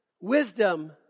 Wisdom